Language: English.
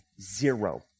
zero